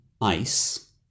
ice